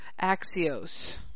Axios